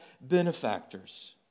benefactors